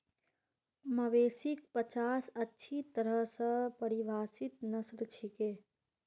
मवेशिक पचास अच्छी तरह स परिभाषित नस्ल छिके